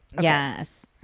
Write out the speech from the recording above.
Yes